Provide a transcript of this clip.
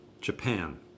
Japan